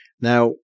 Now